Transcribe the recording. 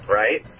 right